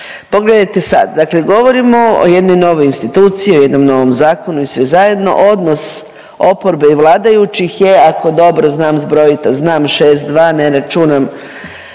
Pogledajte sad, dakle govorimo o jednoj novoj instituciji, o jednom novom zakonu i sve zajedno, odnos oporbe i vladajućih je ako dobro znam zbrojit, a znam 6:2, ne računam